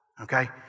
okay